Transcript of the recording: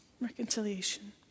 reconciliation